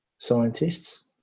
Scientists